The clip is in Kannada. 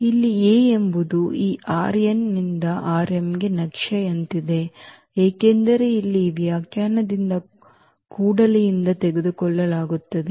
ಇಲ್ಲಿ A ಎಂಬುದು ಈ ನಿಂದ ಗೆ ನಕ್ಷೆಯಂತಿದೆ ಏಕೆಂದರೆ ಇಲ್ಲಿ ಈ ವ್ಯಾಖ್ಯಾನದಿಂದ ಕೊಡಲಿಯಿಂದ ತೆಗೆದುಕೊಳ್ಳಲಾಗುತ್ತಿದೆ